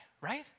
right